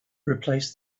replace